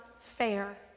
fair